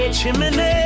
chimney